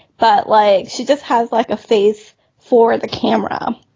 but like she just has like a face for the camera.